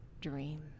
dream